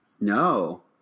No